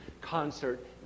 concert